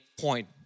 point